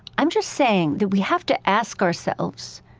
i'm just saying that we have to ask ourselves